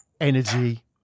energy